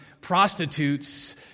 prostitutes